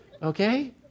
okay